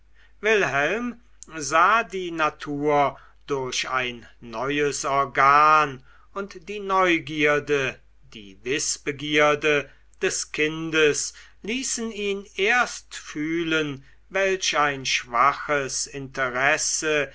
wilhelm sah die natur durch ein neues organ und die neugierde die wißbegierde des kindes ließen ihn erst fühlen welch ein schwaches interesse